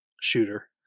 shooter